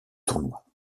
tournoi